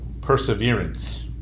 perseverance